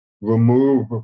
remove